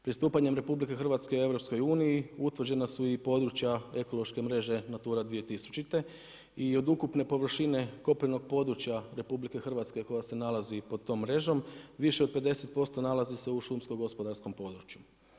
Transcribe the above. Pristupanjem RH EU utvrđena su i područja ekološke mreže NATURA 2000 i od ukupne površine kopnenog područja RH koja se nalazi pod tom mrežom više od 50% nalazi se u šumsko-gospodarskom području.